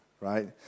right